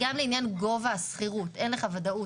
גם לעניין גובה השכירות אין לך ודאות,